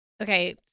okay